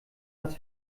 das